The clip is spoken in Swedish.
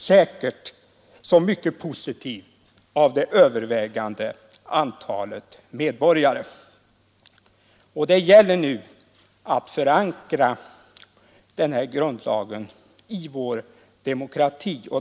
Där har öser — alla vi som tror på demokratin texterna i de nya paragraferna återspeglar har varit omvälvande.